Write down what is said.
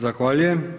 Zahvaljujem.